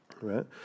right